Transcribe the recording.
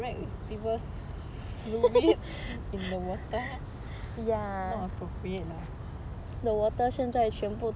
with people's fluids in the water not appropriate lah